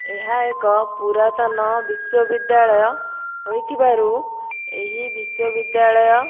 ଏହା ଏକ ପୁରାତନ ବିଶ୍ୱବିଦ୍ୟାଳୟ ହୋଇଥିବାରୁ ଏହି ବିଶ୍ୱବିଦ୍ୟାଳୟ